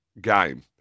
game